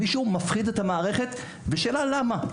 מישהו מפחיד את המערכת והשאלה היא למה.